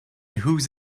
whose